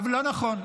לא נכון,